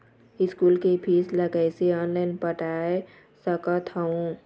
School के fees ला कैसे ऑनलाइन पटाए सकत हव?